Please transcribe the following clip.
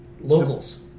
locals